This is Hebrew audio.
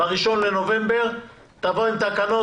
ב-1 בנובמבר תבוא עם תקנות.